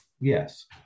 yes